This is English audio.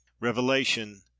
revelation